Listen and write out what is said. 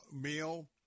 meal